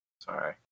Sorry